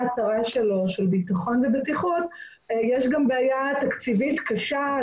צרה של ביטחון ובטיחות היא גם בעיה תקציבית קשה.